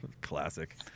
classic